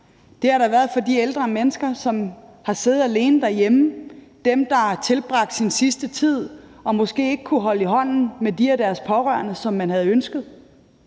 det har der været for de ældre mennesker, som har siddet alene derhjemme; det har der været for dem, som har tilbragt deres sidste tid, og som måske ikke har kunnet holde i hånd med de af deres pårørende, som de havde ønsket;